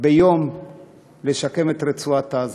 ביום לשקם את רצועת-עזה.